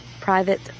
private